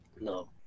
No